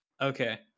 Okay